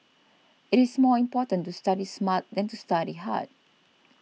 it is more important to study smart than to study hard